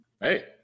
Hey